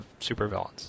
supervillains